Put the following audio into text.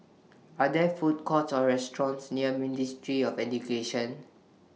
Are There Food Courts Or restaurants near Ministry of Education